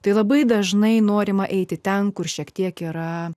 tai labai dažnai norima eiti ten kur šiek tiek yra